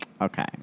Okay